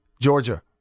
Georgia